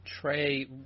Trey